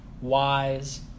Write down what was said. wise